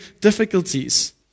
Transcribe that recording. difficulties